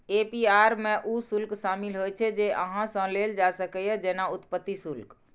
APR मे ऊ शुल्क शामिल होइ छै, जे अहां सं लेल जा सकैए, जेना उत्पत्ति शुल्क